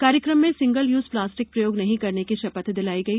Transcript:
कार्यक्रम में single use plastic प्रयोग नहीं करने की शपथ दिलाई गई